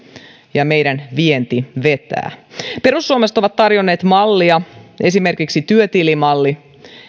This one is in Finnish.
ja meidän vienti vetää perussuomalaiset ovat tarjonneet esimerkiksi työtilimallia